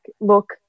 look